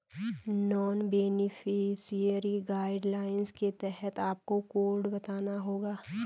non beneficiary guidelines के तहत आपको कोड बताना होगा